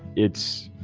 it's